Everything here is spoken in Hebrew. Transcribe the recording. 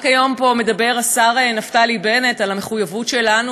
רק היום מדבר פה השר נפתלי בנט על המחויבות שלנו